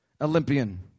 olympian